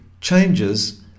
changes